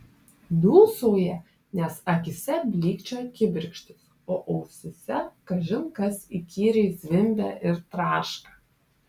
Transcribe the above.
dūsauja nes akyse blykčioja kibirkštys o ausyse kažin kas įkyriai zvimbia ir traška